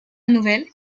nouvelle